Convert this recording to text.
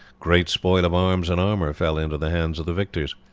great spoil of arms and armour fell into the hands of the victors.